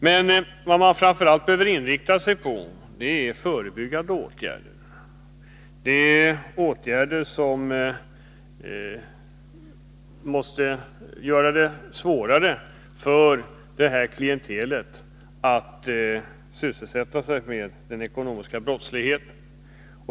Det man framför allt behöver inrikta sig på är förebyggande åtgärder — åtgärder som gör det svårare för detta klientel att sysselsätta sig med ekonomisk brottslighet.